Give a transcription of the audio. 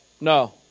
no